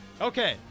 Okay